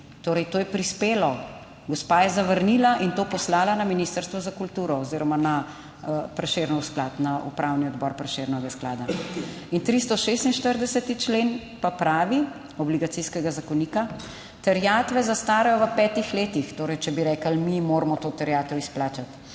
Torej, to je prispelo, gospa je zavrnila in to poslala na Ministrstvo za kulturo oziroma na Prešernov sklad, na Upravni odbor Prešernovega sklada in 346. člen pa pravi, Obligacijskega zakonika: "Terjatve zastarajo v petih letih." Torej, če bi rekli, mi moramo to terjatev izplačati,